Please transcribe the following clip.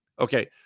okay